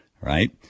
right